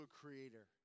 creator